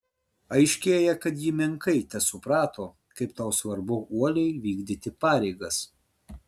aiškėja kad ji menkai tesuprato kaip tau svarbu uoliai vykdyti pareigas